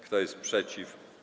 Kto jest przeciw?